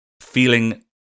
feeling